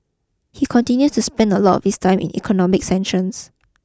he continues to spend a lot of his time on economic sanctions